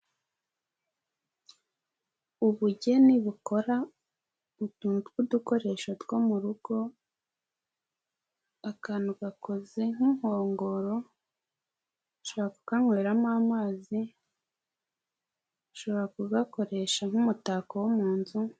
Ubugeni bukora utuntu tw'udukoresho two mu rugo, akantu gakoze nk'inkongoro ushobora ku kanyweramo amazi, ushobora kugakoresha nk'umutako wo mu nzu.